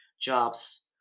jobs